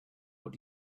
what